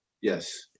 Yes